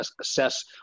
assess